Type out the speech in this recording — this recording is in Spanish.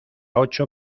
ocho